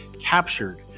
captured